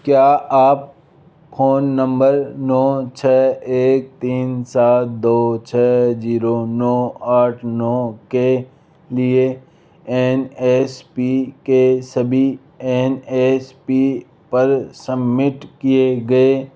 क्या आप phone number नौ छः एक तीन सात दो छः ज़ीरो नौ आठ नौ के लिए एन एस पी के सभी एन एस पी पर सबमिट किए गए